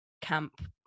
camp